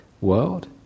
world